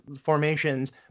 formations